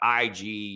IG